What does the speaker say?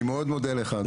אני מאוד מודה לך אדוני.